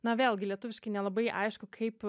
na vėlgi lietuviškai nelabai aišku kaip